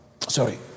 Sorry